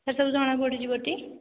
sir ସବୁ ଜଣା ପଡ଼ିଯିବଟି